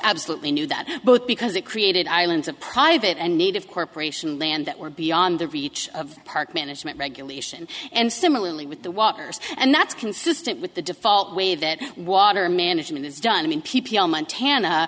absolutely knew that both because it created islands of private and native corporation land that were beyond the reach of park management regulation and similarly with the waters and that's consistent with the default way that water management is done in p p l montana